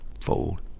fold